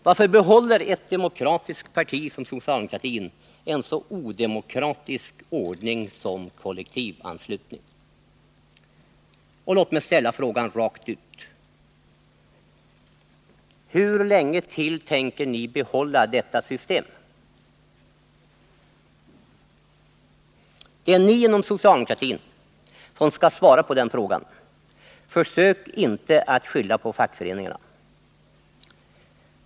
Varför behåller ett demokratiskt parti som socialdemokratin en så odemokratisk ordning som kollektivanslutning? Och låt mig ställa frågan rakt ut: Hur länge till tänker ni behålla detta system? Det är ni inom socialdemokratin som skall svara på den frågan. Försök inte att skylla på fackföreningarna!